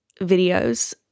videos